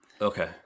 Okay